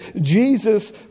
Jesus